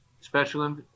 special